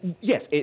yes